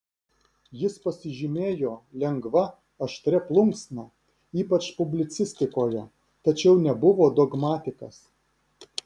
jis pasižymėjo lengva aštria plunksna ypač publicistikoje tačiau nebuvo dogmatikas